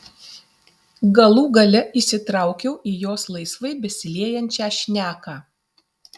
galų gale įsitraukiau į jos laisvai besiliejančią šneką